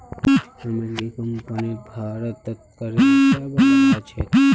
अमेरिकी कंपनीर भारतत करेर हिसाब अलग ह छेक